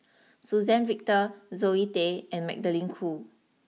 Suzann Victor Zoe Tay and Magdalene Khoo